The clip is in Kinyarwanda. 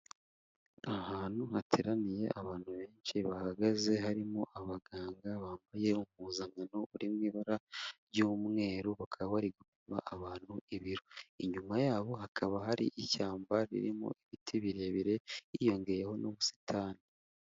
Ahantu hateraniye abantu benshi bahagaze, harimo abaganga bambaye umpuzankano uri mu ibara ry'umweru, bakaba bari gupima abantu ibiro, inyuma yabo hakaba hari ishyamba ririmo ibiti birebire, hiyongeyeho n'ubusitani.